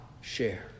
share